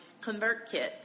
ConvertKit